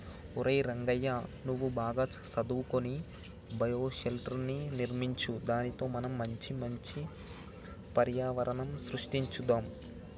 ఒరై రంగయ్య నువ్వు బాగా సదువుకొని బయోషెల్టర్ర్ని నిర్మించు దానితో మనం మంచి పర్యావరణం సృష్టించుకొందాం